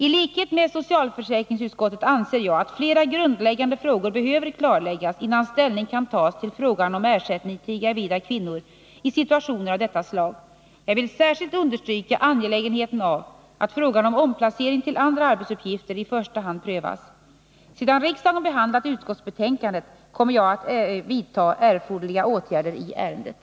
I likhet med socialförsäkringsutskottet anser jag att flera grundläggande frågor behöver klarläggas innan ställning kan tas till frågan om ersättning till gravida kvinnor i situationer av detta slag. Jag vill särskilt understryka angelägenheten av att frågan om omplacering till andra arbetsuppgifter i första hand prövas. Sedan riksdagen behandlat utskottsbetänkandet kommer jag att vidta erforderliga åtgärder i ärendet.